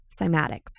cymatics